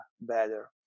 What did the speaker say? better